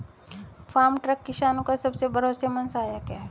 farm truck किसानो का सबसे भरोसेमंद सहायक है